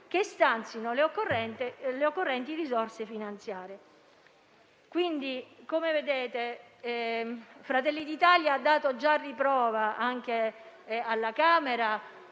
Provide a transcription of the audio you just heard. che stanzino le occorrenti risorse finanziarie. Come vedete, Fratelli d'Italia ha dato prova anche alla Camera